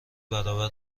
برابر